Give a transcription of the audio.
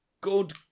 good